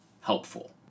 helpful